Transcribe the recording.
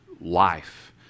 life